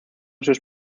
sus